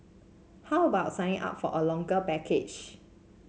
how about signing up for a longer package